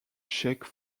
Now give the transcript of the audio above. check